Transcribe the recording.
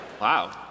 Wow